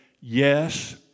yes